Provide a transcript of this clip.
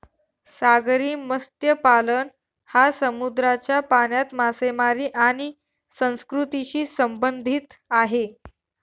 सागरी मत्स्यपालन हा समुद्राच्या पाण्यात मासेमारी आणि संस्कृतीशी संबंधित आहे